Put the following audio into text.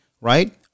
right